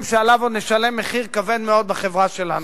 שעליו עוד נשלם מחיר כבד מאוד בחברה שלנו.